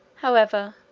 however,